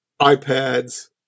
iPads